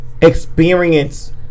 experience